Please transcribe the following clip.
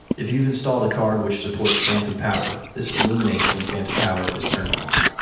if you've installed a card which supports phantom power, this illuminates when phantom power is turned on.